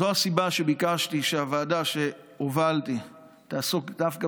זו הסיבה שביקשתי שהוועדה שהובלתי תעסוק דווקא